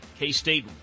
K-State